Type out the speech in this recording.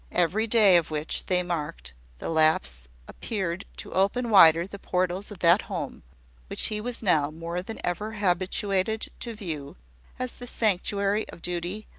every day of which they marked the lapse appeared to open wider the portals of that home which he was now more than ever habituated to view as the sanctuary of duty,